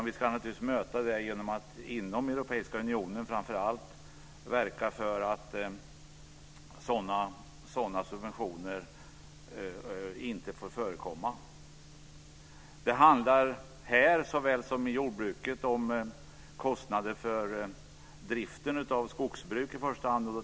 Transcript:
Vi ska naturligtvis möta det genom att framför allt inom den europeiska unionen verka för att sådana subventioner inte får förekomma. Det handlar här såväl som inom jordbruket om kostnader för driften av i första hand skogsbruk.